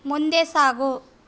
ಮುಂದೆ ಸಾಗು